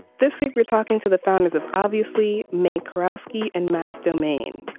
this week we're talking to the founders of obviously makarov ski and max domain.